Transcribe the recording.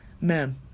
man